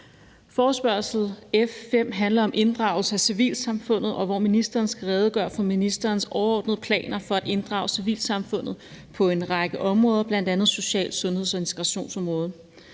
Forespørgsel nr. F 5 handler om inddragelse af civilsamfundet, og ministeren skal redegøre for ministerens overordnede planer for at inddrage civilsamfundet på en række områder, bl.a. social-, sundheds- og integrationsområdet.